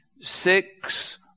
six